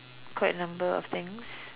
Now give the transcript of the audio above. quite a number of things